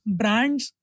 brands